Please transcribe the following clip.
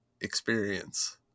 experience